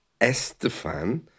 Estefan